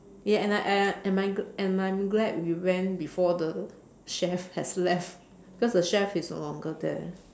yes and I and I am I am and I am glad we went before the chef have left because the chef is no longer there